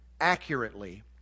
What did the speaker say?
accurately